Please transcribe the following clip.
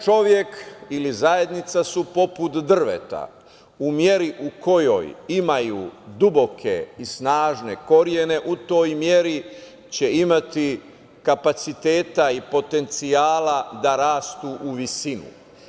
Čovek ili zajednica su poput drveta u meri u kojoj imaju duboke i snažne korene, u toj meri će imati kapaciteta i potencijala da rastu u visinu.